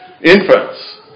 infants